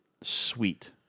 sweet